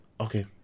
okay